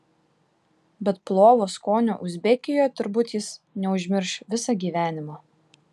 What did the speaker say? bet plovo skonio uzbekijoje turbūt jis neužmirš visą gyvenimą